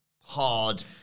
hard